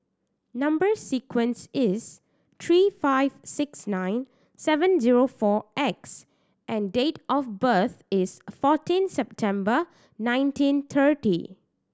number sequence is three five six nine seven zero four X and date of birth is fourteen September nineteen thirty